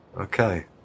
Okay